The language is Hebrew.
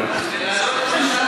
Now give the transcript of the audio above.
דקות לרשותך,